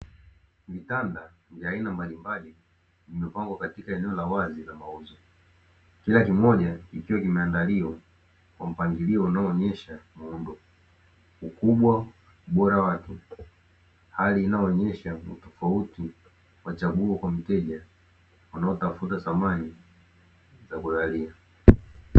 Vitanda vya aina mbalimbali vimepangwa katika eneo la wazi la mauzo, kila kimoja kikiwa kimeandaliwa kwa mpangilio unaoonyesha muundo, ukubwa, ubora wake. Hali inayoonyesha utofauti kwa chaguo kwa wateja wanaotafuta samani za kulalia.